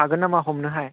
हागोन नामा हमनोहाय